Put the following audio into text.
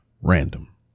RANDOM